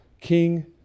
King